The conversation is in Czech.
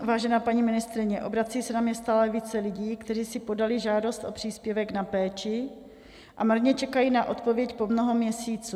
Vážená paní ministryně, obrací se na mě stále více lidí, kteří si podali žádost o příspěvek na péči a marně čekají na odpověď po mnoho měsíců.